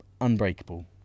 unbreakable